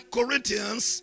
Corinthians